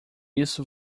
isso